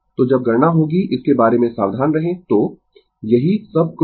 तो जब गणना होगी इसके बारे में सावधान रहें तो यही सब कुछ है